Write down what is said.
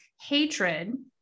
hatred